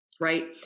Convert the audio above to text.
right